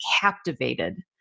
captivated